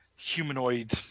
humanoid